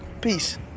Peace